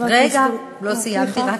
רגע, לא סיימתי.